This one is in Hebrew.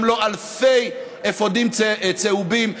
גם לא אלפי אפודים צהובים,